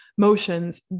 motions